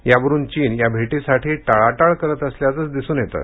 यावरुन चीन या भेटीसाठी टाळाटाळ करत असल्याचंच दिसून येतं